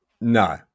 No